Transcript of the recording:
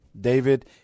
David